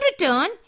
return